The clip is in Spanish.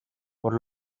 por